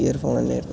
earphone തന്നെയായിരുന്നു